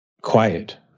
quiet